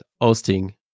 hosting